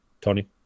Tony